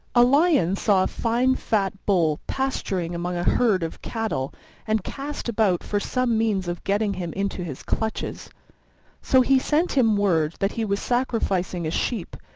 a lion saw a fine fat bull pasturing among a herd of cattle and cast about for some means of getting him into his clutches so he sent him word that he was sacrificing a sheep,